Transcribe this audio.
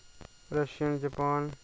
Russia Japan